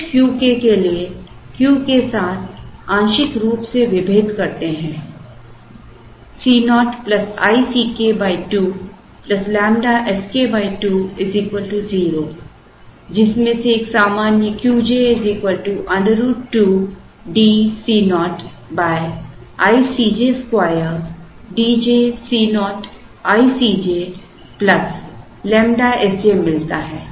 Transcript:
हम कुछ Q k के लिए Q के साथ आंशिक रूप से विभेद करते हैं Co i C k 2 ƛ S k 2 0 से जिसमें से एक सामान्य Q j √ 2 DCo i C j2 D j Co i C j ƛ S j मिलता है